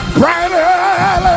brighter